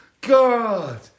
God